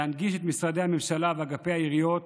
להנגיש את משרדי הממשלה ואגפי העיריות